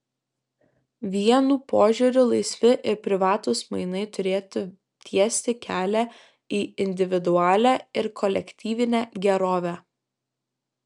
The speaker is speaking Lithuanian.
vienų požiūriu laisvi ir privatūs mainai turėtų tiesti kelią į individualią ir kolektyvinę gerovę